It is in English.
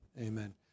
Amen